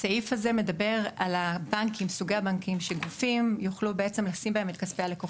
הסעיף הזה מדבר על סוגי הבנקים שגופים יוכלו לשים בהם את כספי הלקוחות.